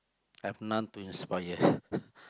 I have none to inspire